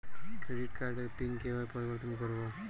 Credit কার্ডের PIN কিভাবে পরিবর্তন করবো?